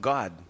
God